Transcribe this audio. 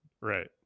Right